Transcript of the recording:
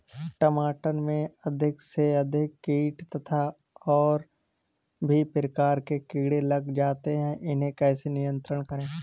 टमाटर में अधिक से अधिक कीट तथा और भी प्रकार के कीड़े लग जाते हैं इन्हें कैसे नियंत्रण करें?